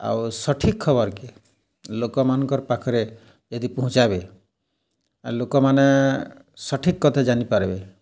ଆଉ ସଠିକ୍ ଖବର୍କେ ଲୋକ୍ମାନ୍ଙ୍କର୍ ପାଖରେ ଯଦି ପୁହଞ୍ଚାବେ ଲୋକ୍ମାନେ ସଠିକ୍ କଥା ଜାନିପାର୍ବେ